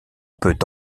peut